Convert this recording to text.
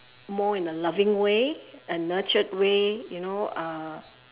more in a loving way a nurtured way you know uh